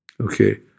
Okay